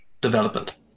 development